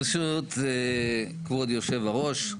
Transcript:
ברשות כבוד היו"ר,